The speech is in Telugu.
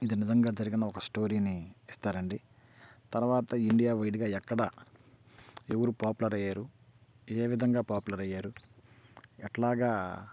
ఇది నిజంగా జరిగిన ఒక స్టోరీని ఇస్తారండి తర్వాత ఇండియా వైడ్గా ఎక్కడ ఎవరు పాపులర్ అయ్యారు ఏ విధంగా పాపులర్ అయ్యారు ఎట్లాగా